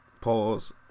Pause